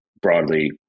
broadly